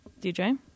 DJ